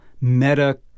meta